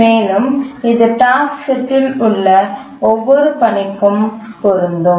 மேலும் இது டாஸ்க்செட்டில் உள்ள ஒவ்வொரு பணிக்கும் பொருந்தும்